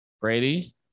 Brady